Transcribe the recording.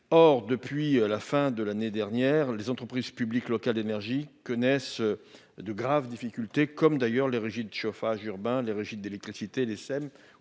Or depuis la fin de l'année dernière, les entreprises publiques locales énergie connaissent. De graves difficultés, comme d'ailleurs les régies de chauffage urbain les rigide d'électricité les